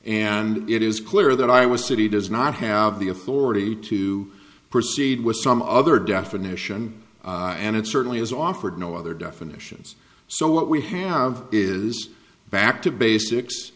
and it is clear that i was city does not have the authority to proceed with some other definition and it certainly has offered no other definitions so what we have is back to basics